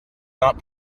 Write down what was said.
not